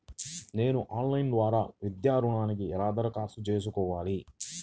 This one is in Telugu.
నేను ఆన్లైన్ ద్వారా విద్యా ఋణంకి ఎలా దరఖాస్తు చేసుకోవాలి?